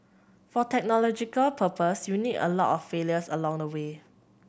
for technological progress you need a lot of failures along the way